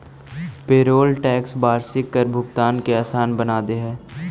payroll tax वार्षिक कर भुगतान के असान बना दे हई